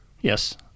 Yes